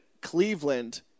cleveland